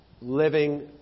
living